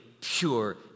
pure